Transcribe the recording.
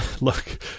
Look